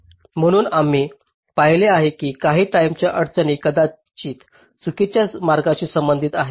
म्हणून आम्ही पाहिले आहे की काही टाईमेच्या अडचणी कदाचित चुकीच्या मार्गाशी संबंधित आहेत